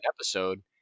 episode